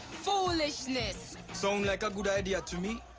foolishness! sound like a good idea to me.